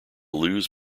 lose